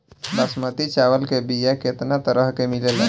बासमती चावल के बीया केतना तरह के मिलेला?